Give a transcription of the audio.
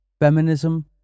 feminism